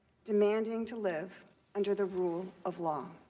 demanding to live under the rule of law.